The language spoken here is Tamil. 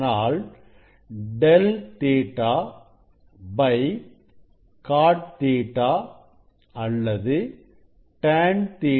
அதனால் del Ɵ cot Ɵ அல்லது tan Ɵ